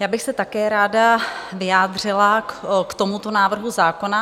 já bych se také ráda vyjádřila k tomuto návrhu zákona.